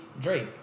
Drake